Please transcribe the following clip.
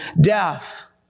death